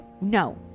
No